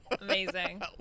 amazing